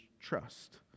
trust